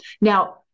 Now